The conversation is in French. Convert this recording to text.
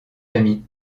amis